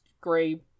gray